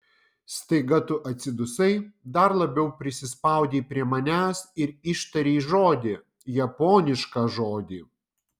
staiga tu atsidusai dar labiau prisispaudei prie manęs ir ištarei žodį japonišką žodį